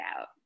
out